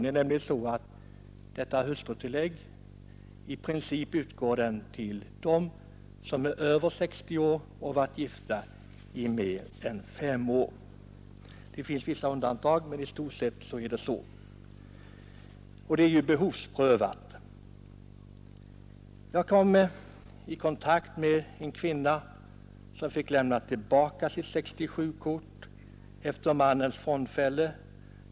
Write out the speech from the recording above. Det är nämligen så att detta hustrutillägg i princip utgår till dem som är över 60 år och varit gifta i mer än fem år. Det finns vissa undantag, men i stort sett är det så. Hustrutillägget är även behovsprövat. Jag kom i kontakt med en kvinna som fick lämna tillbaka sitt 67-kort efter mannens frånfälle.